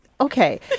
Okay